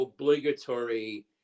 obligatory